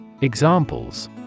Examples